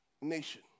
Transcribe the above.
nation